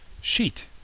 sheet